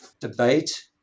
debate